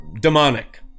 demonic